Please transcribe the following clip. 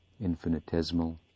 infinitesimal